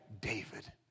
David